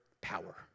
power